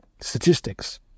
statistics